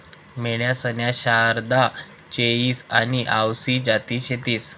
मेंढ्यासन्या शारदा, चोईस आनी आवसी जाती शेतीस